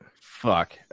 Fuck